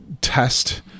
test